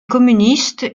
communiste